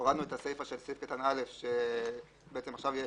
הורדנו את הסיפא של סעיף קטן (א) שעכשיו יהיה